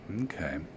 Okay